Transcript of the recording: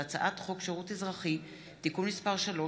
והצעת חוק שירות אזרחי (תיקון מס' 3),